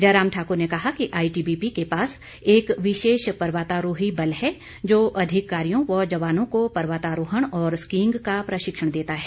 जयराम ठाकुर ने कहा कि आईटीबीपी के पास एक विशेष पर्वतारोही बल है जो अधिकारियों व जवानों को पर्वतारोहण और स्कीइंग का प्रशिक्षण देता है